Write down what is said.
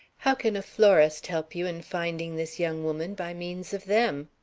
how can a florist help you in finding this young woman by means of them?